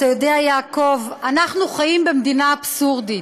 אתה יודע, יעקב, אנחנו חיים במדינה אבסורדית.